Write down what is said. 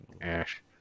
Ash